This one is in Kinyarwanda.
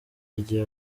igihe